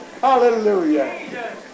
Hallelujah